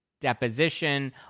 deposition